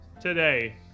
today